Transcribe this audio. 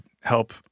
help